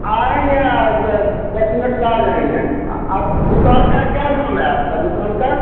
आएँगे दस मिनट में आ जाएँगे आ आप दुकान का क्या नाम है आपका दुकान का